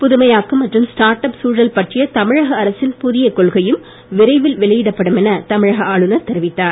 புதுமையாக்கம் மற்றும் startup சூழல் பற்றிய தழிழக அரசின் புதிய கொள்கையும் விரைவில் வெளியிடப்படும் என தமிழக ஆளுநர் தெரிவித்தார்